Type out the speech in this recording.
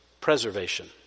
preservation